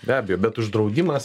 be abejo bet uždraudimas